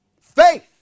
Faith